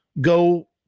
go